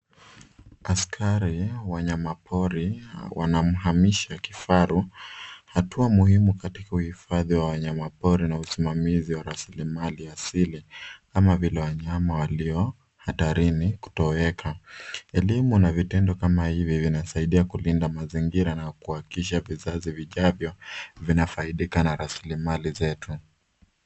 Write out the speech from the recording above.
Askari wanyama pori wanamhamisha kifaru, hatua muhimu katika uhifadhi wa wanyama pori na usimamizi wa rasilimali asili kama vile wanyama walio hatarini kutoweka. Elimu na vitendo kama hivi vinasaidia kulinda mazingira na kuhakikisha vizazi vijavyo vinafaidika na rasilimali zetu.